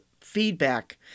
feedback